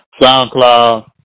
SoundCloud